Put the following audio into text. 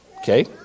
Okay